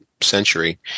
century